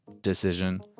decision